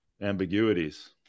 ambiguities